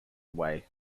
away